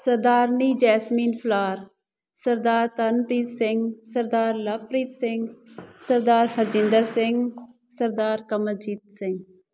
ਸਰਦਾਰਨੀ Jasmine ਫਲਾਰ ਸਰਦਾਰ ਤਰਨਪ੍ਰੀਤ ਸਿੰਘ ਸਰਦਾਰ ਲਵਪ੍ਰੀਤ ਸਿੰਘ ਸਰਦਾਰ ਹਰਜਿੰਦਰ ਸਿੰਘ ਸਰਦਾਰ ਕਮਲਜੀਤ ਸਿੰਘ